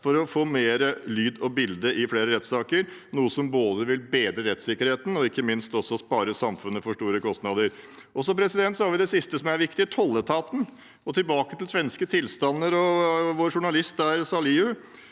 for å få mer lyd og bilde i flere rettssaker, noe som vil bedre rettssikkerheten og ikke minst spare samfunnet for store kostnader. Så har vi det siste som er viktig, tolletaten. Tilbake til svenske tilstander og vår journalist der, Salihu: